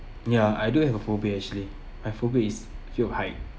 ya I do have a phobia actually my phobia is afraid of height